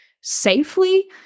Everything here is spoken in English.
safely